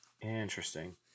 interesting